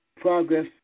progress